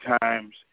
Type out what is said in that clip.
times